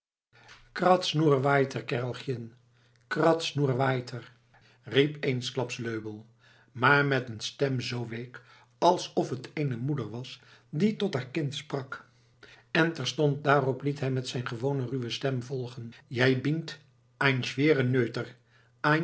weiter riep eensklaps löbell maar met een stem zoo week alsof t eene moeder was die tot haar kind sprak en terstond daarop liet hij met zijn gewone ruwe stem volgen jij bint ein